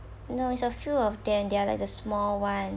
no it's a few of them they are like the small one